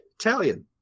Italian